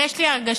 יש לי הרגשה,